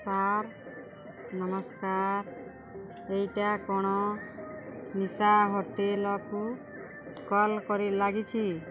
sir ନମସ୍କାର ଏଇଟା କ'ଣ ନିଶା ହୋଟେଲ୍କୁ କଲ୍ କରି ଲାଗିଛି